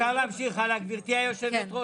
להמשיך הלאה גברתי יושבת הראש.